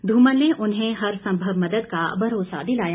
धूमल ने उन्हें हर संभव मदद का भरोसा दिलाया